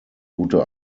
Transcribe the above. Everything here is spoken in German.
gute